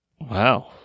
Wow